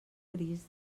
gris